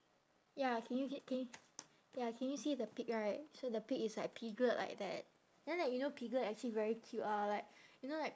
ya can you can you ya can you see the pig right so the pig is like piglet like that then like you know piglet actually very cute ah like you know like